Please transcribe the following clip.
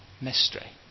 mystery